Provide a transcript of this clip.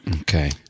Okay